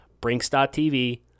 Brinks.TV